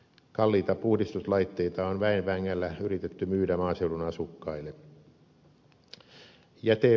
kalliita puhdistuslaitteita on väen vängällä yritetty myydä maaseudun asukkaille